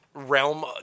realm